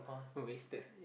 wasted